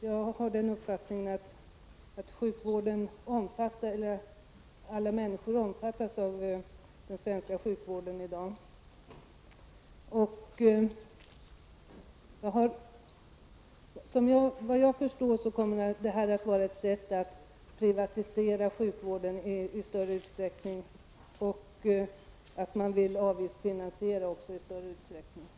Jag har den uppfattningen att svensk sjukvård i dag omfattar alla människor. Efter vad jag förstår är detta förslag ett satt att i högre grad privatisera sjukvården. Man vill också avgiftsfinansiera den i större utsträckning.